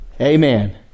Amen